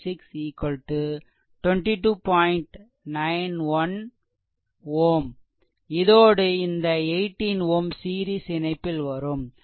91 Ω இதோடு இந்த 18 Ω சீரிஸ் இணைப்பில் வரும்